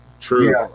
true